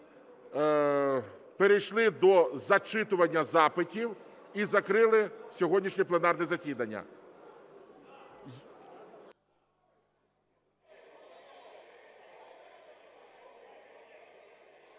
перейшли до зачитування запитів і закрили сьогоднішнє пленарне засідання.